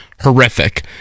horrific